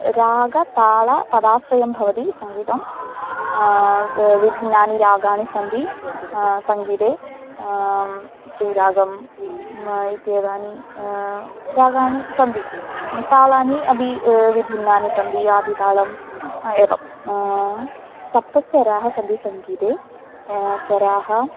रागः तालः पदाश्रयं भवति सङ्गीते विभिन्नाः रागाः सन्ति सङ्गीते श्रीरागम् इत्यादयः रागाः सन्ति तालाः अपि विभिन्नाः सन्ति आदि तालः एवं सप्तस्वराः सन्ति सङ्गीते स्वराः